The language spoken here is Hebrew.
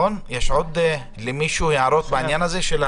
האם יש למישהו עוד הערות בעניין הזה?